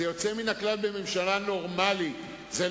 לא